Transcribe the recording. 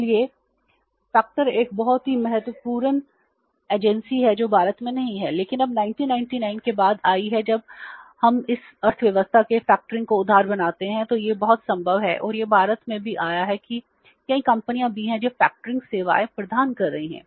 इसलिए कारक सेवाएं प्रदान कर रही हैं